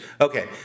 Okay